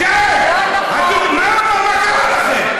זה לא נכון, אין לכם בושה?